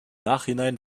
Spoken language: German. nachhinein